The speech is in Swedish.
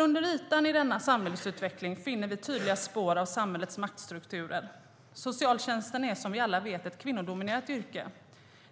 Under ytan i denna samhällsutveckling finner vi nämligen tydliga spår av samhällets maktstrukturer. Socialtjänsten är som vi alla vet ett kvinnodominerat yrke.